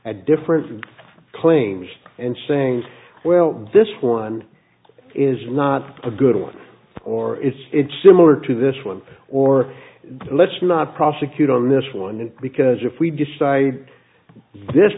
at different claims and saying well this one is not a good one or is it similar to this one or let's not prosecute on this one because if we decide this